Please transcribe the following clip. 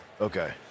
Okay